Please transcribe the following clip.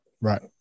right